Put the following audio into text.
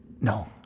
No